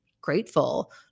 grateful